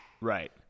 right